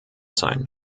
sein